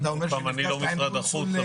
אני לא ממשרד החוץ.